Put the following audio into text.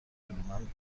جلومن